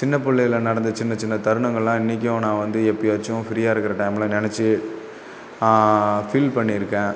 சின்னப் பிள்ளையில நடந்த சின்ன சின்ன தருணங்கள்லாம் இன்றைக்கும் நான் வந்து எப்பயாச்சும் ஃப்ரீயாக இருக்கிற டைமில் நினச்சி ஃபீல் பண்ணியிருக்கேன்